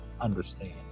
understand